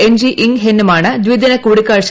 N G Eng ഹെന്നുമായാണ് ദിദിന കൂടിക്കാഴ്ച